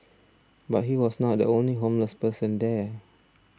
but he was not the only homeless person there